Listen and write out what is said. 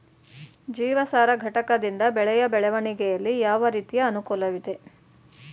ಜೀವಸಾರ ಘಟಕದಿಂದ ಬೆಳೆಯ ಬೆಳವಣಿಗೆಯಲ್ಲಿ ಯಾವ ರೀತಿಯ ಅನುಕೂಲವಿದೆ?